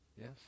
Yes